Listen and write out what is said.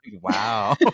Wow